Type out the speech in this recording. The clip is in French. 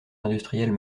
industrielles